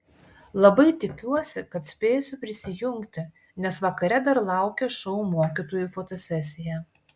labai tikiuosi kad spėsiu prisijungti nes vakare dar laukia šou mokytojų fotosesija